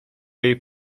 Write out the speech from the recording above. jej